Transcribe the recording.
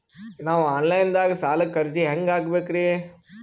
ನಾವು online ದಾಗ ಸಾಲಕ್ಕ ಅರ್ಜಿ ಹೆಂಗ ಹಾಕಬೇಕ್ರಿ?